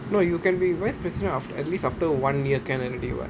no you can be vice president of at least after one year can already [what]